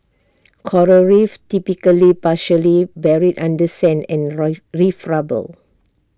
Coral reefs typically partially buried under sand and reef rubble